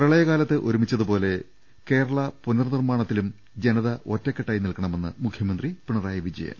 പ്രളയകാലത്ത് ഒരുമിച്ചതുപോലെ കേരള പുനർനിർമാണ ത്തിലും ജനത ഒറ്റക്കെട്ടായി നിൽക്കണമെന്ന് മുഖ്യമന്ത്രി പിണറായി വിജയൻ